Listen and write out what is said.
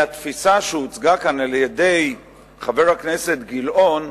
מהתפיסה שהוצגה כאן על-ידי חבר הכנסת גילאון,